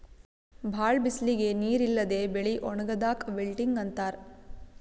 ಭಾಳ್ ಬಿಸಲಿಗ್ ನೀರ್ ಇಲ್ಲದೆ ಬೆಳಿ ಒಣಗದಾಕ್ ವಿಲ್ಟಿಂಗ್ ಅಂತಾರ್